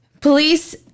Police